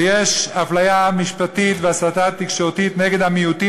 ויש אפליה משפטית והסתה תקשורתית נגד המיעוטים